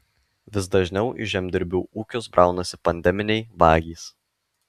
vis dažniau į žemdirbių ūkius braunasi pandeminiai vagys